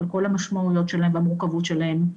על כל המשמעויות שלהם והמורכבות שלהם,